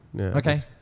Okay